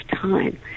time